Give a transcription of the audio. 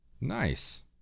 Nice